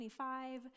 25